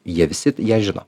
jie visi ją žino